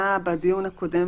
בבית חולים